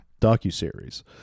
docuseries